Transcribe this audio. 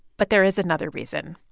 but there is another reason.